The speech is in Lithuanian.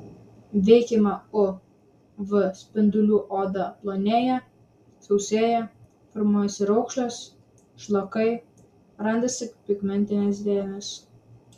veikiama uv spindulių odą plonėja sausėja formuojasi raukšlės šlakai randasi pigmentinės dėmės